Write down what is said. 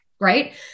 right